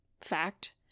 fact